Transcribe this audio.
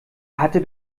hatte